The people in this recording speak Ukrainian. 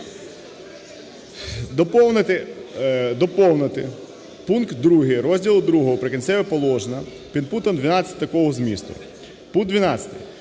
Доповнити пункт другий розділу ІІ "Прикінцеві положення" підпунктом 12 такого змісту, пункт 12: